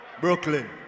brooklyn